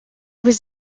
was